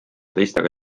teistega